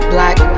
Black